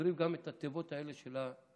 סוגרים גם את התיבות האלה של החיש-בנק,